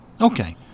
Okay